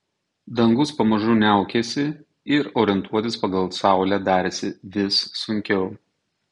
dangus pamažu niaukėsi ir orientuotis pagal saulę darėsi vis sunkiau